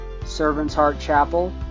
servantsheartchapel